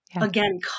Again